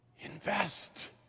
Invest